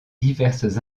diverses